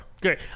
Great